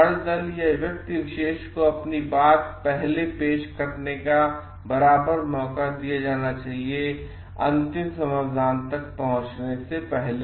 हर दल या व्यक्ति विशेष को अपनी बात पहले पेश करने का बराबर मौका दिया जाना चाहिए अंतिम समाधान तक पहुँचने से पहले